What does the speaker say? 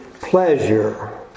pleasure